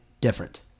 different